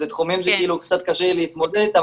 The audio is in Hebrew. אלה תחומים שקצת קשה לי להתמודד איתם,